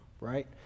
right